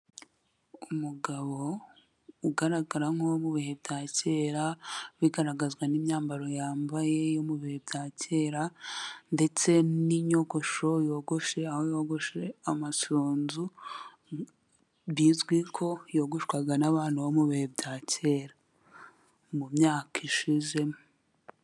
Umugabo ugaragara nk'uwo mu bihe bya kera, bigaragazwa n'imyambaro yambaye yo mu bihe bya kera ndetse ninyogosho yogoshe, aho yogoshe amasunzu bizwi ko yogoshwaga n'abantu bo mu bihe bya kera, mu myaka ishize.